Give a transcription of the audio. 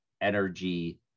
energy